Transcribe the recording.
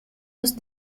los